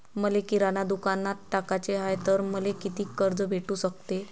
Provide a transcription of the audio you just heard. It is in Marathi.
मले किराणा दुकानात टाकाचे हाय तर मले कितीक कर्ज भेटू सकते?